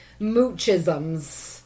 moochisms